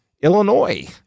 Illinois